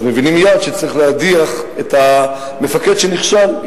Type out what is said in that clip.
מבינים מייד שצריך להדיח את המפקד שנכשל,